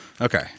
Okay